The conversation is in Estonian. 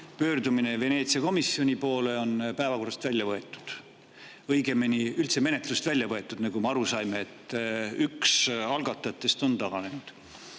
pöördumine Veneetsia komisjoni poole on päevakorrast välja võetud, õigemini üldse menetlusest välja võetud. Nagu me aru saime, üks algatajatest on taganenud.